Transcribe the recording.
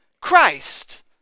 Christ